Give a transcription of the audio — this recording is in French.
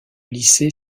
lycée